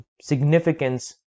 significance